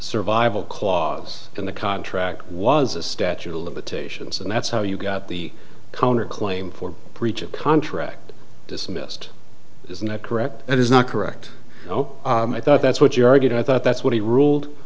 survival clause in the contract was a statute of limitations and that's how you got the counter claim for breach of contract dismissed isn't that correct that is not correct oh i thought that's what you argued i thought that's what he ruled